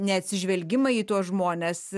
neatsižvelgimai į tuos žmones